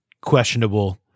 questionable